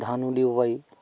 ধানো দিব পাৰি